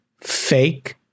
fake